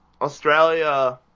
Australia